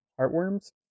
Heartworms